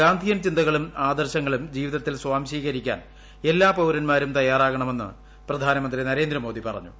ഗാന്ധിയൻ ചിന്തകളും ആദർശങ്ങളും ജീവിതത്തിൽ സാംശീകരിക്കാൻ എല്ലാ പൌരന്മാരും തയ്യാറാകണമെന്ന് പ്രധാനമന്ത്രി നരേന്ദ്രമ്മേട്ടി ് പറഞ്ഞു